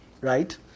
Right